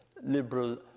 liberal